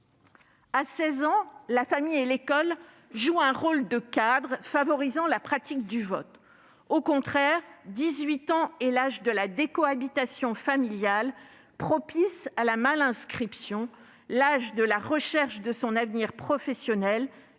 À 16 ans, la famille et l'école jouent un rôle de cadre favorisant la pratique du vote. Au contraire, 18 ans est l'âge de la décohabitation familiale, propice à la « mal-inscription », l'âge de la recherche de son avenir professionnel,